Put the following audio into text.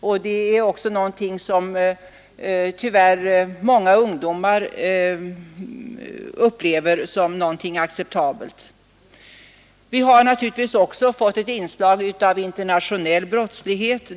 Det är också någonting som många ungdomar tyvärr upplever som acceptabelt. Vi har naturligtvis också fått ett inslag av internationell brottslighet.